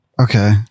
Okay